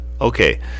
okay